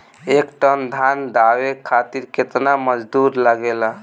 एक टन धान दवावे खातीर केतना मजदुर लागेला?